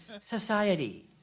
Society